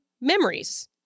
memories